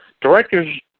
Directors